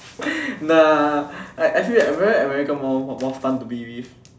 nah like I I feel like American American more more fun to be with